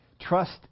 Trust